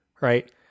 right